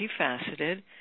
multifaceted